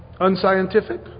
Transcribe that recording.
unscientific